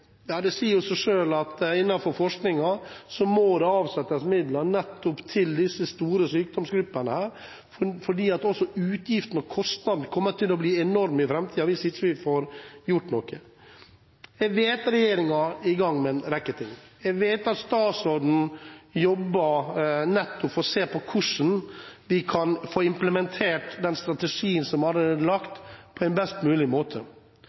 sier det seg selv at det må avsettes midler til disse store sykdomsgruppene, for utgiftene og kostnadene kommer til å bli enorme i framtiden hvis vi ikke får gjort noe. Jeg vet at regjeringen er i gang med en rekke ting. Jeg vet at statsråden jobber med å se på hvordan vi kan få implementert den strategien som allerede er lagt, på en best mulig måte.